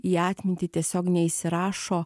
į atmintį tiesiog neįsirašo